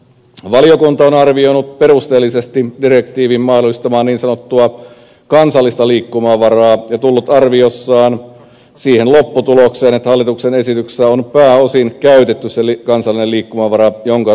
valiokunta on arvioinut perusteellisesti direktiivin mahdollistamaa niin sanottua kansallista liikkumavaraa ja tullut arviossaan siihen lopputulokseen että hallituksen esityksessä on pääosin käytetty se kansallinen liikkumavara jonka direktiivi mahdollistaa